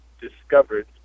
discovered